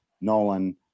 Nolan